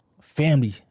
family